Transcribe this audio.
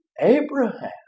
Abraham